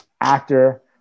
actor